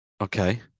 Okay